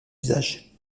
usage